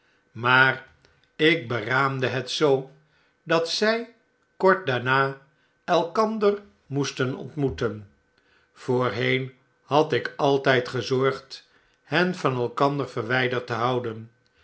maar ik beraamde bet zoo dat zy kort daarna elkander moesten ontmoeten voorheen had ik altyd gezorgd hen van elkander verwyderd te houden